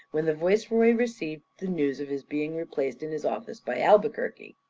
when the viceroy received the news of his being replaced in his office by albuquerque.